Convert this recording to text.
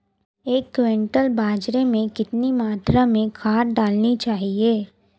एक क्विंटल बाजरे में कितनी मात्रा में खाद डालनी चाहिए?